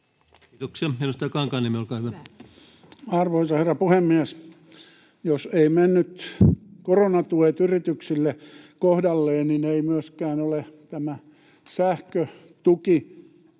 Kiitoksia. — Edustaja Kankaanniemi, olkaa hyvä. Arvoisa herra puhemies! Jos eivät menneet koronatuet yrityksille kohdalleen, niin ei ole myöskään tämä sähkötuki